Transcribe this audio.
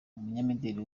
umunyamideli